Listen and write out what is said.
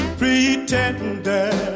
pretender